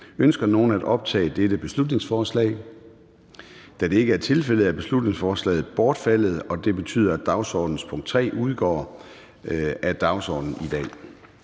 Ønsker nogen at optage dette beslutningsforslag? Da det ikke er tilfældet, er beslutningsforslaget bortfaldet. Det betyder, at dagsordenens punkt 3 udgår af mødet i dag.